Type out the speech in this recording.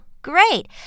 Great